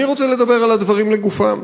אני רוצה לדבר על הדברים לגופם.